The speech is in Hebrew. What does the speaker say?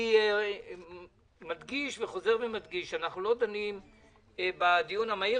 אני חוזר ומדגיש שאנחנו לא דנים בדיון המהיר